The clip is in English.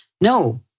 No